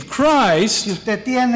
Christ